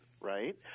right